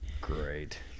great